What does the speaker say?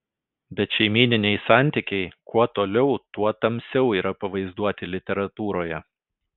bet šeimyniniai santykiai kuo toliau tuo tamsiau yra pavaizduoti literatūroje